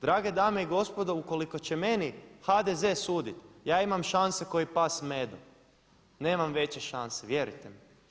Drage dame i gospodo, ukoliko će meni HDZ suditi ja imam šanse kao i pas Medo, nemam veće šanse vjerujte mi.